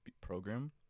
program